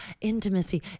intimacy